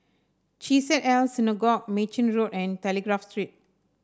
Chesed El Synagogue Mei Chin Road and Telegraph Street